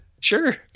Sure